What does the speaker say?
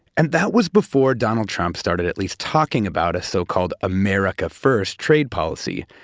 and that was before donald trump started at least talking about so-called america-first trade policy,